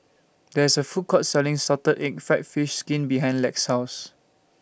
There IS A Food Court Selling Salted Egg Fried Fish Skin behind Lex's House